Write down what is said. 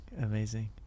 amazing